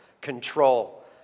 Control